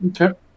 Okay